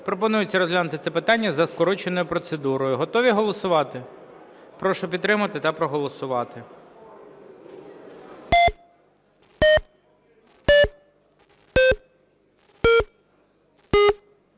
Пропонується розглянути це питання за скороченою процедурою. Готові голосувати? Прошу підтримати та проголосувати.